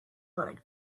like